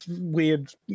weird